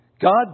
God